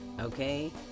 okay